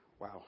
wow